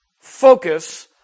focus